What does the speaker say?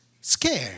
scared